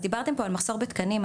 דיברתם פה על מחסור בתקנים,